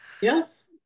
Yes